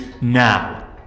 now